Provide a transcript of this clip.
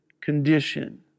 condition